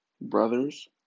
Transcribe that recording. brothers